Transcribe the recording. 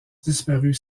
disparut